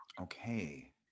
okay